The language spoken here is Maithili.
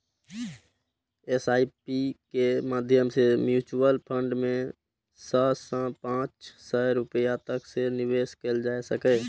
एस.आई.पी के माध्यम सं म्यूचुअल फंड मे सय सं पांच सय रुपैया तक सं निवेश कैल जा सकैए